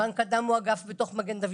בנק הדם הוא אגף בתוך מד"א.